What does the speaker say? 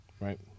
Right